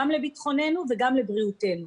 גם לביטחוננו וגם לבריאותנו.